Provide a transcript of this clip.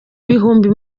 bihumbi